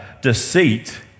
deceit